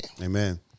Amen